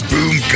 Boom